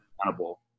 accountable